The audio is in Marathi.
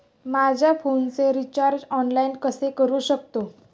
माझ्या फोनचे रिचार्ज ऑनलाइन कसे करू शकतो?